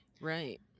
right